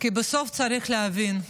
כי בסוף צריך להבין,